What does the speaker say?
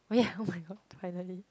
[oh ya oh my god finally